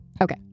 Okay